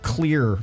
clear